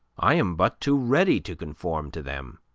i am but too ready to conform to them.